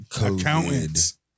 Accountants